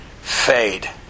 fade